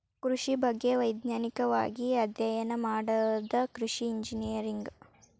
ಕೃಷಿ ಬಗ್ಗೆ ವೈಜ್ಞಾನಿಕವಾಗಿ ಅಧ್ಯಯನ ಮಾಡುದ ಕೃಷಿ ಇಂಜಿನಿಯರಿಂಗ್